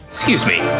excuse me.